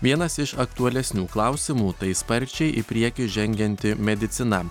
vienas iš aktualesnių klausimų tai sparčiai į priekį žengianti medicina